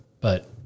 but-